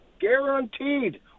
Guaranteed